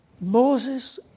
Moses